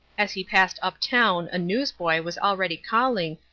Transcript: as he passed uptown a newsboy was already calling,